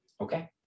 Okay